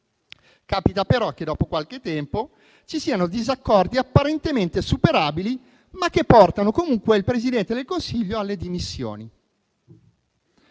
Capita però che, dopo qualche tempo, ci siano disaccordi apparentemente superabili, ma che portano comunque il Presidente del Consiglio alle dimissioni.